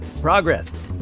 Progress